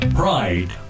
pride